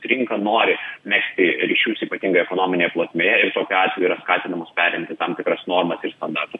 rinką nori megzti ryšius ypatingai ekonominėje plotmėje ir tokiu atveju yra skatinamos perimti tam tikras normas ir standartus